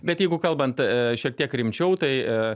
bet jeigu kalbant šiek tiek rimčiau tai